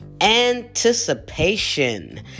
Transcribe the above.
anticipation